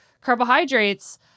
carbohydrates